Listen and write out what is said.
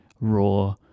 raw